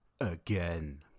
again